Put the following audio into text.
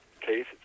case